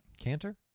Canter